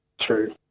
true